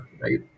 right